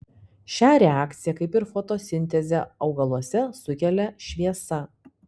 šią reakciją kaip ir fotosintezę augaluose sukelia šviesa